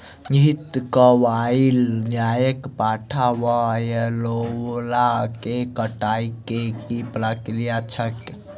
घृतक्वाइर, ग्यारपाठा वा एलोवेरा केँ कटाई केँ की प्रक्रिया छैक?